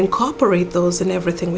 incorporate those in everything